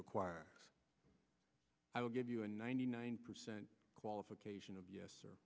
require i will give you a ninety nine percent qualification of yes